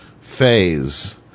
phase